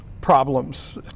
problems